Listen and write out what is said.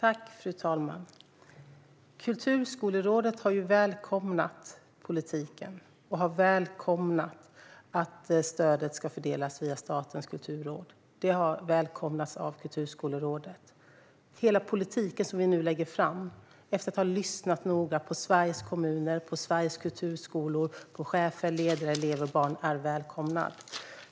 Fru talman! Kulturskolerådet har välkomnat politiken och har välkomnat att stödet ska fördelas via Statens kulturråd. Detta välkomnas av Kulturskolerådet. Hela den politik som vi nu lägger fram efter att ha lyssnat noga på Sveriges kommuner och kulturskolor och på chefer, ledare, elever och barn är välkomnad.